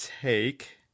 take